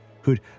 who'd